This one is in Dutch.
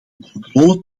controle